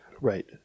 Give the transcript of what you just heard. Right